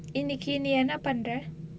இன்னிக்கி நீ என்ன பண்ற:innikki nee enna pandra